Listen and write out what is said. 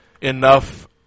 enough